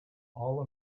all